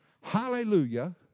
Hallelujah